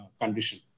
condition